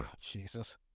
Jesus